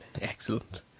Excellent